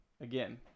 Again